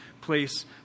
place